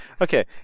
Okay